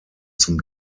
zum